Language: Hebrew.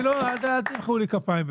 אל תמחאו לי כפיים,